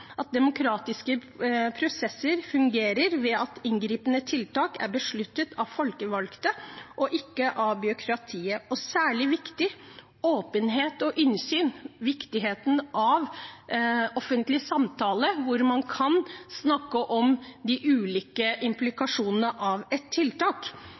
at demokratiske prosesser fungerer ved at inngripende tiltak er besluttet av folkevalgte og ikke av byråkratiet – og særlig viktig: åpenhet og innsyn og viktigheten av offentlig samtale, hvor man kan snakke om de ulike implikasjonene av et tiltak.